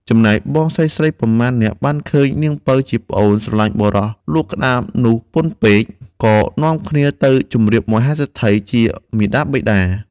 ចំណែកបងស្រីៗប៉ុន្មាននាក់បានឃើញនាងពៅជាប្អូនស្រឡាញ់បុរសលក់ក្ដាមនោះពន់ពេក ក៏នាំគ្នាទៅជម្រាបមហាសេដ្ឋីជាមាតាបិតា។